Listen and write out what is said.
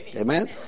Amen